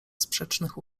sprzecznych